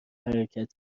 حرکت